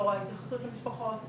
לא רואה התייחסות למשפחות.